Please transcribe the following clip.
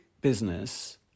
business